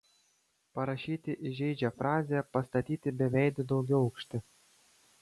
parašyti įžeidžią frazę pastatyti beveidį daugiaaukštį